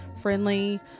friendly